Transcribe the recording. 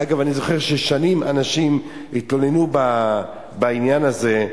אגב, אני זוכר ששנים אנשים התלוננו בעניין הזה,